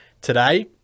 Today